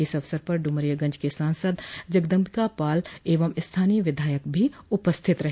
इस अवसर पर डमरियागंज के सांसद जगदम्बिका पाल एवं स्थानीय विधायक भी उपस्थित रहे